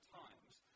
times